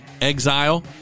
Exile